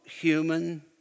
human